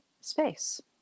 space